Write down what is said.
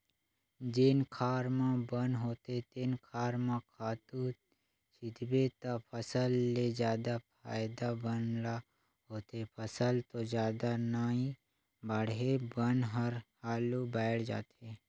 जेन खार म बन होथे तेन खार म खातू छितबे त फसल ले जादा फायदा बन ल होथे, फसल तो जादा नइ बाड़हे बन हर हालु बायड़ जाथे